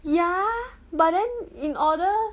ya but then in order